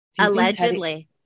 Allegedly